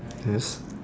yes